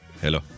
Hello